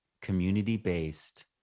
community-based